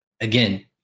again